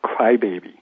crybaby